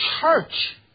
church